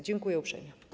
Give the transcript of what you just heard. Dziękuję uprzejmie.